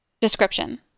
Description